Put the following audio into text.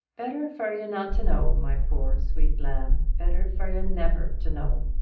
better for you not to know, my poor, sweet lamb better for you never to know.